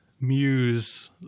muse